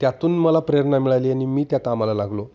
त्यातून मला प्रेरणा मिळाली आणि मी त्या कामाला लागलो